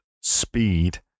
speed